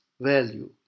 value